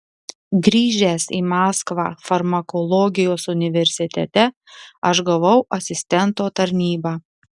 grįžęs į maskvą farmakologijos universitete aš gavau asistento tarnybą